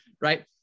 right